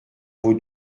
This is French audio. vos